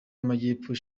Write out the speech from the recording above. amajyepfo